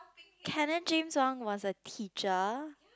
canon James-Wong was a teacher